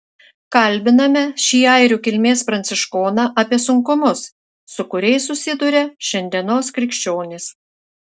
kalbiname šį airių kilmės pranciškoną apie sunkumus su kuriais susiduria šiandienos krikščionys